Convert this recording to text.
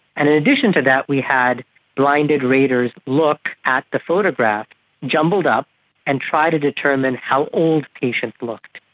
and in addition to that we had blinded raters look at the photographs jumbled up and try to determine how old patients looked.